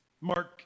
Mark